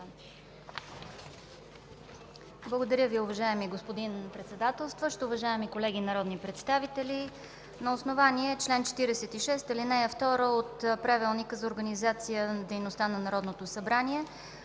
Благодаря Ви, уважаеми господин Председателстващ. Уважаеми колеги народни представители, на основание чл. 46, ал. 2 от Правилника за организацията и дейността на Народното събрание